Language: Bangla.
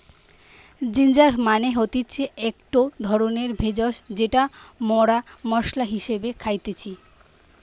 জিঞ্জার মানে হতিছে একটো ধরণের ভেষজ যেটা মরা মশলা হিসেবে খাইতেছি